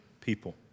people